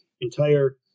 entire